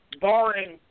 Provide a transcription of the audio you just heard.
barring